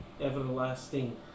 everlasting